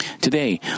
Today